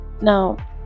now